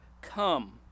Come